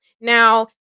Now